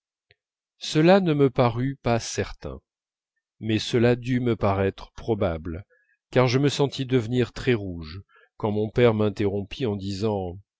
cela ne me parut pas certain mais cela dut me paraître probable car je me sentis devenir très rouge quand mon père m'interrompit en disant